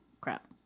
crap